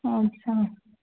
अच्छा